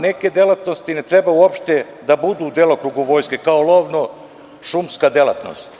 Neke delatnosti ne treba uopšte da budu u delokrugu vojske kao što je lovno-šumska delatnost.